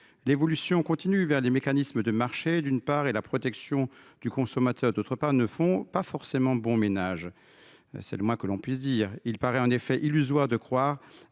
L’évolution continue vers les mécanismes de marché, d’une part, et la protection du consommateur, d’autre part, ne font pas forcément bon ménage – c’est le moins que l’on puisse dire. Il paraît en effet illusoire de croire